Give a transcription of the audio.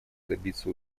добиться